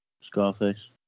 Scarface